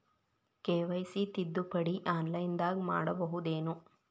KYC ತಿದ್ದುಪಡಿ ಆನ್ಲೈನದಾಗ್ ಮಾಡ್ಬಹುದೇನು?